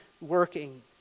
working